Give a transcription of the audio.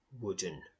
wooden